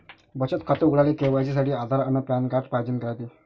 बचत खातं उघडाले के.वाय.सी साठी आधार अन पॅन कार्ड पाइजेन रायते